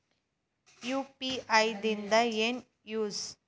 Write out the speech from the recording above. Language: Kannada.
ಯು.ಪಿ.ಐ ದಿಂದ ಏನು ಯೂಸ್?